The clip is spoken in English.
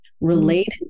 related